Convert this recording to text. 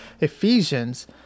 Ephesians